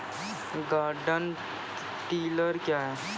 Garden tiller क्या हैं?